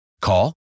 Call